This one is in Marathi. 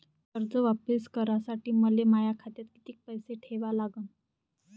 कर्ज वापिस करासाठी मले माया खात्यात कितीक पैसे ठेवा लागन?